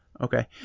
Okay